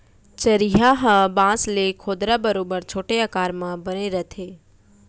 चरिहा ह बांस ले खोदरा बरोबर छोटे आकार म बने रथे